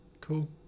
Cool